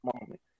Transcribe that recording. moment